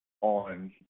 on